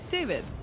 David